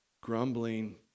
grumbling